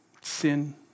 Sin